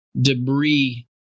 debris